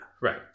Right